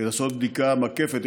כדי לעשות בדיקה מקפת.